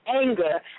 anger